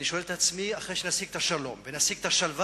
אני שואל את עצמי: אחרי שנשיג את השלום ונשיג את השלווה,